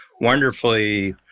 wonderfully